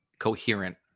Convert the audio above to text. coherent